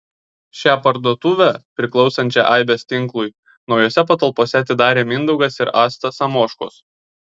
šią parduotuvę priklausančią aibės tinklui naujose patalpose atidarė mindaugas ir asta samoškos